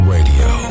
Radio